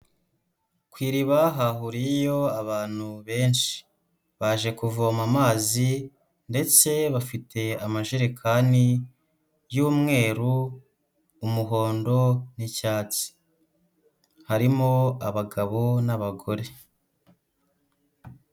Ku iriba hahuriyeyo abantu benshi baje kuvoma amazi ndetse bafite amajerekani y'umweru, umuhondo n'icyatsi, harimo abagabo n'abagore.